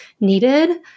needed